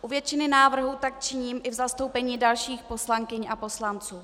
U většiny návrhů tak činím i v zastoupení dalších poslankyň a poslanců.